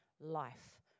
life